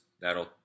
that'll